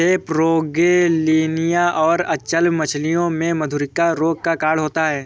सेपरोगेलनिया और अचल्य मछलियों में मधुरिका रोग का कारण होता है